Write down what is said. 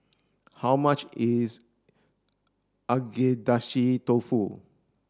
how much is Agedashi Dofu